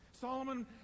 Solomon